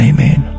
Amen